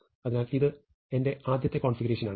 അതിനാൽ ഇത് എന്റെ ആദ്യത്തെ കോൺഫിഗറേഷൻ ആണ്